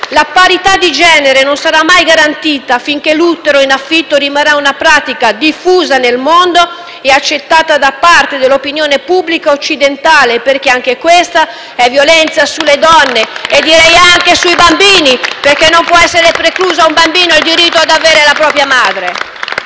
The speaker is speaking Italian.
La parità di genere non sarà mai garantita finché l'utero in affitto rimarrà una pratica diffusa nel mondo e accettata da parte dell'opinione pubblica occidentale, perché anche questa è violenza sulle donne e direi anche sui bambini, perché non può essere precluso a un bambino il diritto ad avere la propria madre.